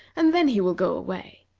and then he will go away.